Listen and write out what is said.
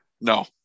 No